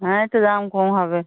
হ্যাঁ একটু দাম কম হবে